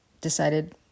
decided